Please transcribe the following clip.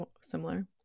similar